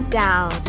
down